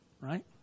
right